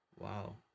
Wow